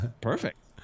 perfect